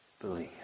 believe